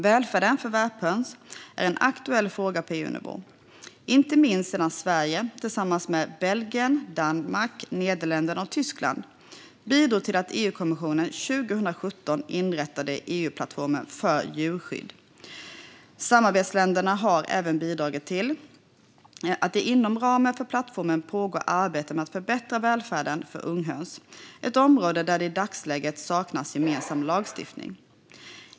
Välfärden för värphöns är en aktuell fråga på EU-nivå, inte minst sedan Sverige tillsammans med Belgien, Danmark, Nederländerna och Tyskland bidrog till att EU-kommissionen 2017 inrättade EU-plattformen för djurskydd. Samarbetsländerna har även bidragit till att det inom ramen för plattformen pågår arbete med att förbättra välfärden för unghöns, ett område där det i dagsläget saknas gemensam lagstiftning.